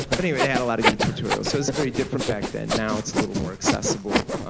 but anyway they had a lot of good tutorials, so it's a very different back then. now, it's a little more accessible.